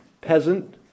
peasant